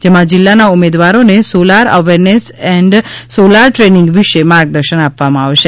જેમાં જીલ્લાના ઉમેદવારોને solar awareness and solar training વિષે માર્ગદર્શન આપવામાં આવશે